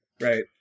right